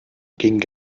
ging